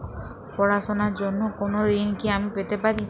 পড়াশোনা র জন্য কোনো ঋণ কি আমি পেতে পারি?